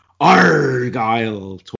Argyle